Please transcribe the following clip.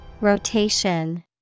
Rotation